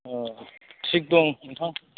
औ थिक दं नोंथां